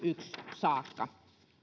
saakka